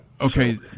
Okay